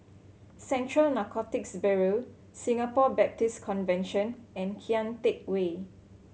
Central Narcotics Bureau Singapore Baptist Convention and Kian Teck Way